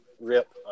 rip